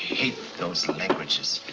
hate those languages.